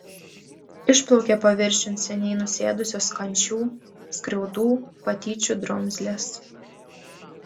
išplaukė paviršiun seniai nusėdusios kančių skriaudų patyčių drumzlės